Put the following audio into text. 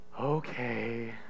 Okay